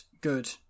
good